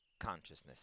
consciousness